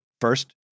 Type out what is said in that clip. first